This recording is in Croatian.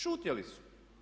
Šutjeli su.